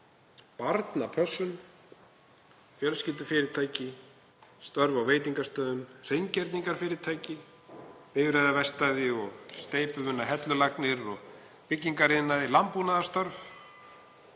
barnapössun, fjölskyldufyrirtæki, störf á veitingastöðum, hreingerningarfyrirtæki, bifreiðaverkstæði, steypuvinnu, hellulagnir og byggingariðnað, landbúnaðarstörf,